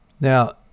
Now